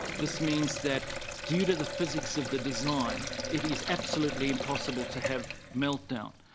this means that due to the physics of the design it is absolutely impossible to have melt down.